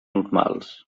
normals